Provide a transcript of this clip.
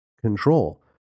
control